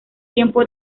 tiempo